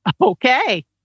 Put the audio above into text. Okay